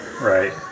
Right